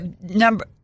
number